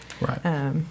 Right